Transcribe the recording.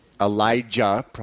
Elijah